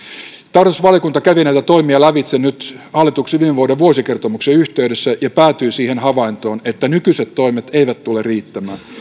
tarkastusvaliokunta kävi näitä toimia lävitse nyt hallituksen viime vuoden vuosikertomuksen yhteydessä ja päätyi siihen havaintoon että nykyiset toimet eivät tule riittämään